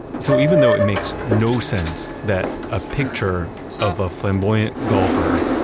so even though it makes no sense that a picture of a flamboyant golfer,